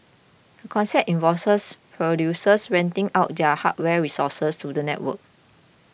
concept involves producers renting out their hardware resources to the network